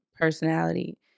personality